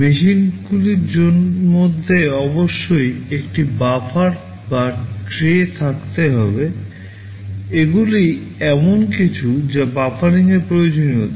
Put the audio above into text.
মেশিনগুলির মধ্যে অবশ্যই একটি বাফার থাকতে হবে এগুলি এমন কিছু যা বাফারিং প্রয়োজনীয়তা